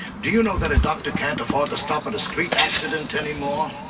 do you know that a doctor can't afford to stop at a street accident anymore?